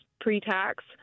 pre-tax